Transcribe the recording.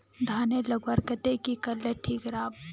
धानेर लगवार केते की करले ठीक राब?